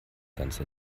ganze